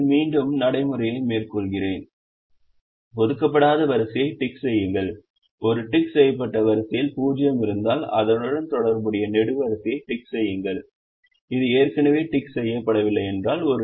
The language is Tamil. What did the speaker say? எனவே மீண்டும் நடைமுறையை மேற்கொள்கிறேன் ஒதுக்கப்படாத வரிசையை டிக் செய்யுங்கள் ஒரு டிக் செய்யப்பட்ட வரிசையில் 0 இருந்தால் அதனுடன் தொடர்புடைய நெடுவரிசையை டிக் செய்யுங்கள் அது ஏற்கனவே டிக் செய்யப்படவில்லை என்றால்